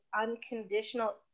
unconditional